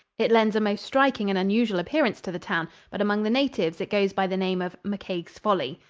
it lends a most striking and unusual appearance to the town, but among the natives it goes by the name of mccaig's folly.